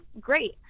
great